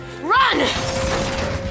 run